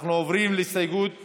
אנחנו עוברים להסתייגות מס'